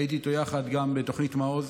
הייתי איתו יחד גם בתוכנית מעוז,